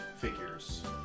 figures